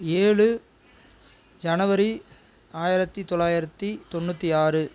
ஏழு ஜனவரி ஆயிரத்தி தொள்ளாயிரத்தி தொண்ணூற்றி ஆறு